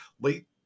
late